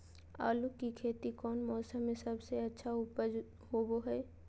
आलू की खेती कौन मौसम में सबसे अच्छा उपज होबो हय?